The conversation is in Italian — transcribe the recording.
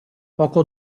poco